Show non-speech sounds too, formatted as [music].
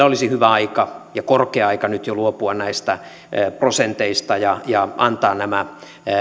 [unintelligible] olisi hyvä aika ja korkea aika nyt jo luopua näistä prosenteista ja ja antaa nämä